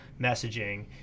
messaging